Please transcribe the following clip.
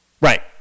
Right